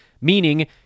meaning